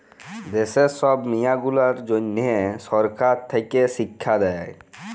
দ্যাশের ছব মিয়াঁ গুলানের জ্যনহ সরকার থ্যাকে শিখ্খা দেই